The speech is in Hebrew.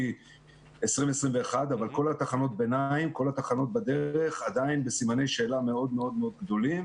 ב-23.7.2021 אבל כל התחנות בדרך עדיין בסימני שאלה מאוד גדולים.